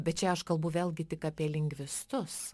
bet čia aš kalbu vėlgi tik apie lingvistus